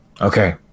okay